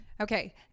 Okay